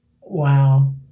Wow